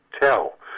tell